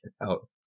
out